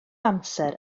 amser